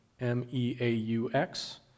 M-E-A-U-X